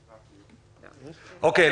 אוקיי,